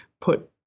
put